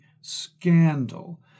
scandal